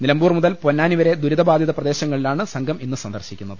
നിലമ്പൂർ മുതൽ പൊന്നാനി വരെ ദുരിതബാധിത പ്രദേശങ്ങളിലാണ് സംഘം ഇന്ന് സന്ദർശിക്കുന്നത്